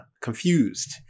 confused